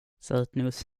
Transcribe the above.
sötnos